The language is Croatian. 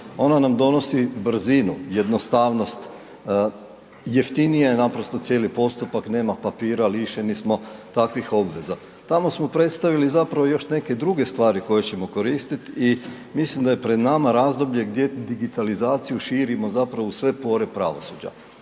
ona nam donosi brzinu, jednostavnost, jeftiniji je naprosto cijeli postupak, nema papira, lišeni smo takvih obveza. Tamo smo predstavili zapravo još neke druge stvari koje ćemo koristit i mislim da je pred nama razdoblje gdje digitalizaciju širimo zapravo u sve pore pravosuđa.